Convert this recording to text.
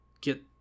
get